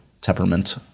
temperament